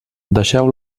deixeu